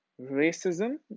racism